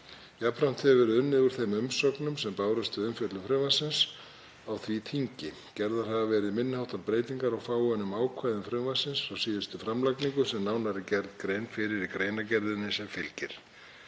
Jafnframt hefur verið unnið úr þeim umsögnum sem bárust við umfjöllun frumvarpsins á því þingi. Gerðar hafa verið minni háttar breytingar á fáeinum ákvæðum frumvarpsins frá síðustu framlagningu sem nánar er gerð grein fyrir í greinargerðinni sem fylgir